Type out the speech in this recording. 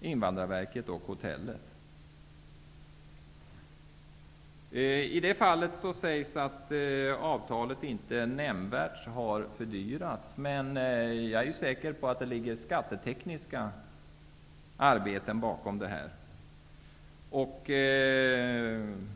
Invandrarverket och hotellet. I det fallet sägs det att avtalet inte nämnvärt har fördyrats, men jag är säker på att det ligger skattetekniska åtgärder bakom detta.